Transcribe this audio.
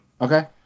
Okay